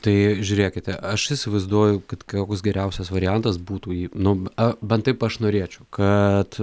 tai žiūrėkite aš įsivaizduoju kad koks geriausias variantas būtų jį nu a bent taip aš norėčiau kad